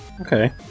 Okay